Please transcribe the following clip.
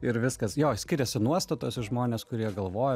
ir viskas jos skiriasi nuostatos ir žmonės kurie galvoja